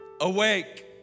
awake